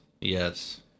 Yes